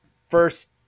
first